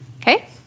Okay